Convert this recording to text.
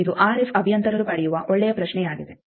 ಇದು ಆರ್ಎಫ್ ಅಭಿಯಂತರರು ಪಡೆಯುವ ಒಳ್ಳೆಯ ಪ್ರಶ್ನೆಯಾಗಿದೆ